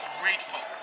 grateful